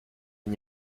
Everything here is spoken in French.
n’y